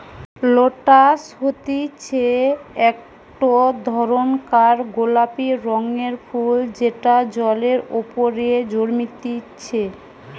lotus হতিছে একটো ধরণকার গোলাপি রঙের ফুল যেটা জলের ওপরে জন্মতিচ্ছে